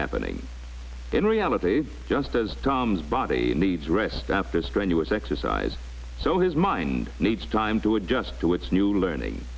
happening in reality just as tom's body needs rest after strenuous exercise so his mind needs time to adjust to its new learning